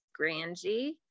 Grangie